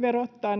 verottaa